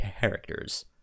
characters